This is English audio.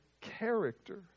character